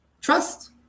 Trust